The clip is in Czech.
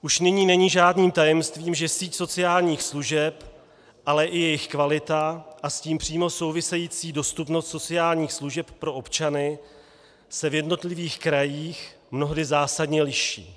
Už nyní není žádným tajemstvím, že síť sociálních služeb, ale i jejich kvalita a s tím přímo související dostupnost sociálních služeb pro občany se v jednotlivých krajích mnohdy zásadně liší.